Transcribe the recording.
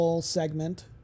segment